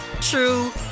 true